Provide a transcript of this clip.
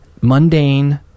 mundane